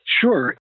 Sure